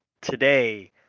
today